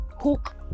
hook